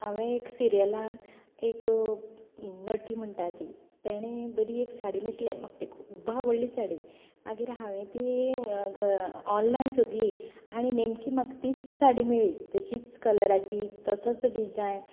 हांवें एक सिरियलान एक नटी म्हणटा ती तेणी एक बरी साडी न्हेशिल्ली तीं म्हाका खूब आवडली मागीर हांवेन तीं ऑनलायन सोदली आनी नेमकी म्हाका तीच साडी मेळ्ळी तशींच कलराची तसोच डिझायन